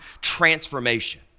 transformation